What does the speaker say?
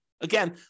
Again